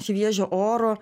šviežio oro